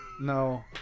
No